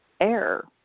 air